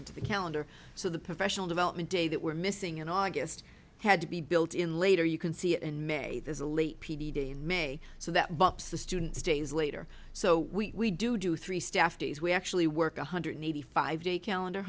into the calendar so the professional development day that were missing in august had to be built in later you can see it in may is a late p t day in may so that bumps the students days later so we do do three staff days we actually work one hundred eighty five day calendar